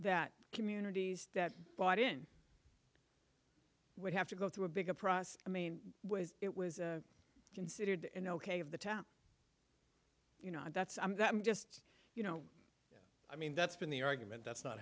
that communities that bought in would have to go through a bigger process i mean it was considered an ok of the town you know and that's just you know i mean that's been the argument that's not